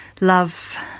love